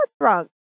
drunk